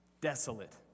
desolate